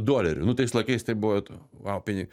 dolerių nu tais laikais tai buvo vau pinigs